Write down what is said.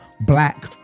black